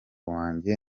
wanjye